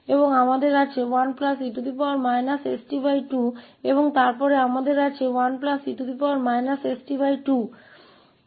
और हमारे पास 1 e sT2 है और फिर हमारे पास 1 e sT2 है